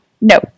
no